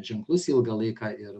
ženklus ilgą laiką ir